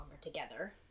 together